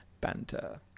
Banter